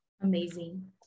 Amazing